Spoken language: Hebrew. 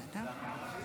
משפחתי היקרה,